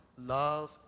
love